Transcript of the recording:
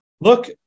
look